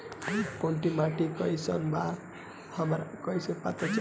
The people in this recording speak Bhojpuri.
कोउन माटी कई सन बा हमरा कई से पता चली?